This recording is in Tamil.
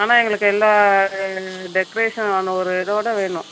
ஆனால் எங்களுக்கு எல்லா டெக்ரேஷன் ஆன ஒரு இதோடு வேணும்